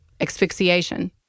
asphyxiation